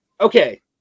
okay